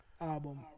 Album